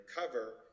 recover